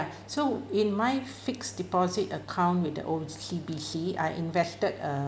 so in my fixed deposit account with the O_C_B_C I invested a